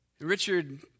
Richard